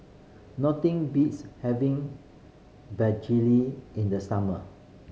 nothing beats having begedil in the summer